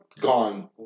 gone